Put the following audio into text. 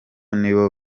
nibo